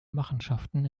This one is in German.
machenschaften